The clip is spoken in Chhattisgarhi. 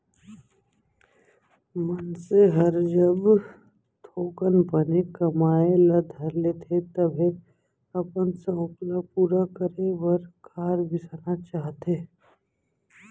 मनसे हर जब थोकन बने कमाए ल धर लेथे तभे अपन सउख ल पूरा करे बर कार बिसाना चाहथे